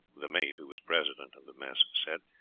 the mate, who was president of the mess, said,